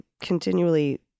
continually